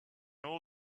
all